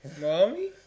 Mommy